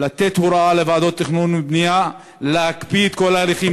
לתת הוראה לוועדות התכנון והבנייה להקפיא את כל ההליכים